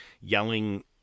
yelling